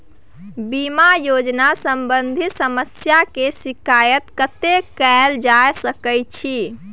बीमा योजना सम्बंधित समस्या के शिकायत कत्ते कैल जा सकै छी?